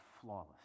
flawless